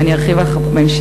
ואני ארחיב על כך בהמשך.